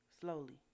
slowly